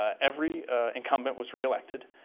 every incumbent was reelected,